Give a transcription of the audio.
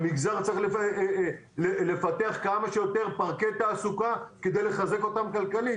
במגזר צריך לפתח כמה שיותר פרקי תעסוקה כדי לחזק אותם כלכלית.